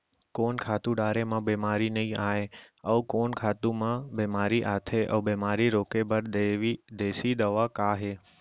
कोन खातू डारे म बेमारी नई आये, अऊ कोन खातू म बेमारी आथे अऊ बेमारी रोके बर देसी दवा का हे?